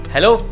Hello